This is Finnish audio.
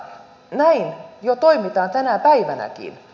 näin jo toimitaan tänä päivänäkin